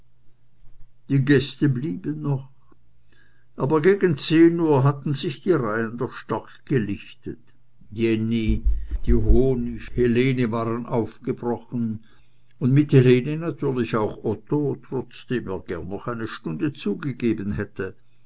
die gäste blieben noch aber gegen zehn uhr hatten sich die reihen doch stark gelichtet jenny die honig helene waren aufgebrochen und mit helene natürlich auch otto trotzdem er gern noch eine stunde zugegeben hätte